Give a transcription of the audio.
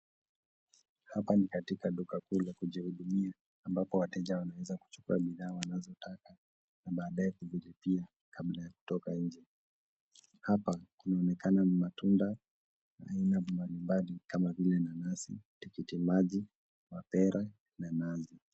Hapa ni katika duka kuu la kujihudumia, ambapo wateja wanaeza kuchukua bidhaa wanazotaka, na baadae kuzilipia kabla ya kutoka nje. Hapa kunaonekana ni matunda aina mbali mbali kama vile, nanasi, tikiti maji, mapera, na nazi,